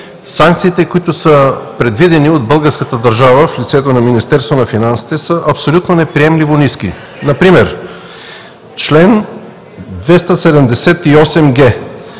санкциите, които са предвидени от българската държава в лицето на Министерството на финансите, са абсолютно неприемливо ниски. Например чл. 278